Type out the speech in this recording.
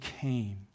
came